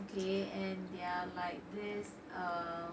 okay and they're like this uh